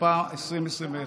התשפ"א 2021,